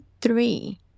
three